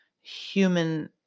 human